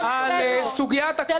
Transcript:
זה לא בסדר.